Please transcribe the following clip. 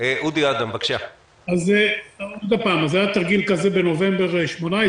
אז היה תרגיל כזה בנובמבר 18,